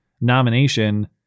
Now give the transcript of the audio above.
nomination